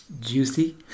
Juicy